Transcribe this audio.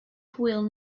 hwyl